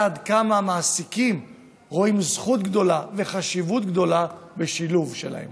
אלא עד כמה המעסיקים רואים זכות גדולה וחשיבות גדולה בשילוב שלהם.